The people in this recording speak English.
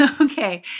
okay